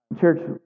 church